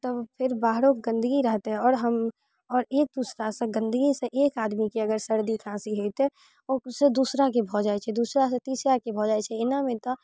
तऽ फेर बाहरो गन्दगी रहतै आओर हम आओर एक दूसरासँ गन्दगीसे एक आदमीके अगर सर्दी खाँसी हयतै ओ से दूसराके भऽ जाइ छै दूसरासे तीसराके भऽ जाइ छै एनामे तऽ